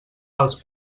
els